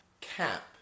cap